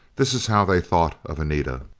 this is how they thought of anita.